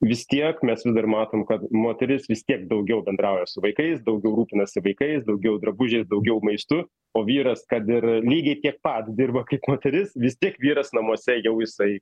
vis tiek mes vis dar matom kad moteris vis tiek daugiau bendrauja su vaikais daugiau rūpinasi vaikais daugiau drabužiais daugiau maistu o vyras kad ir lygiai tiek pat dirba kaip moteris vis tiek vyras namuose jau jisai